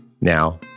Now